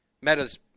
Meta's